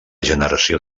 generació